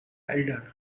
elder